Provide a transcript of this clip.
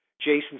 Jason